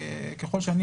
ככל שאני,